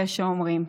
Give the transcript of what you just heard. יש האומרים,